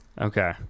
Okay